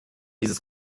dieses